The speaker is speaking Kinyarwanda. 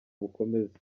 bukomeza